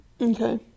Okay